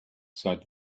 said